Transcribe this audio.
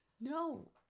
No